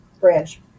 branch